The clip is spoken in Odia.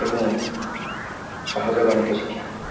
ଏବଂ ସହଜ ଗଣିତ ଶିକ୍ଷା